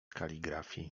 kaligrafii